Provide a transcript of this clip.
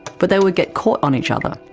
but they would get caught on each other,